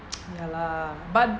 ya lah but